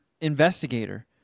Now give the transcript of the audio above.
investigator